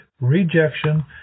rejection